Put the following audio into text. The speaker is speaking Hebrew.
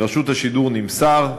מרשות השידור נמסר,